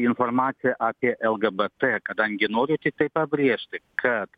informaciją apie lgbt kadangi noriu tiktai pabrėžti kad